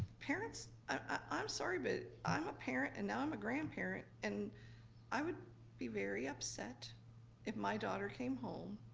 parents, i'm sorry, but i'm a parent, and now i'm a grandparent, and i would be very upset if my daughter came home,